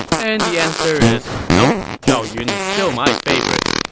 and the answer is nope. zhao yun is still my favorite.